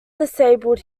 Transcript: disabled